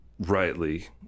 rightly